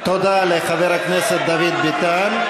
תודה לחבר הכנסת דוד ביטן.